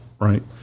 Right